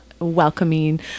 welcoming